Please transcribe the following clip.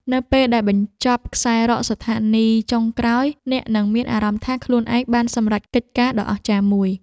នៅពេលបញ្ចប់ខ្សែរ៉កស្ថានីយចុងក្រោយ អ្នកនឹងមានអារម្មណ៍ថាខ្លួនឯងបានសម្រេចកិច្ចការដ៏អស្ចារ្យមួយ។